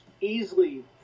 easily